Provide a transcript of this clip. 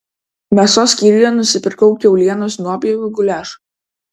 mėsos skyriuje nusipirkau kiaulienos nuopjovų guliašui